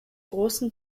großen